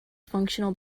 functional